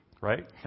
Right